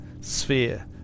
sphere